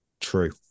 true